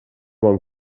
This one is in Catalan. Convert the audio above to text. bon